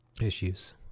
issues